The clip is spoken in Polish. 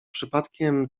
przypadkiem